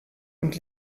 und